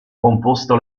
composto